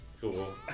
cool